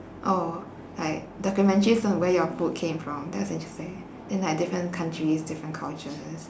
oh like documentaries on where your food came from that was interesting then like different countries different cultures